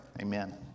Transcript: Amen